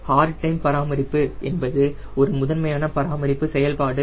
hard time பராமரிப்பு என்பது ஒரு முதன்மையான பராமரிப்பு செயல்பாடு